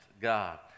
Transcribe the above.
God